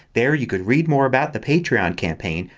there you could read more about the patreon campaign.